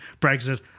Brexit